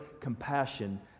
compassion